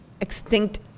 extinct